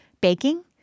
baking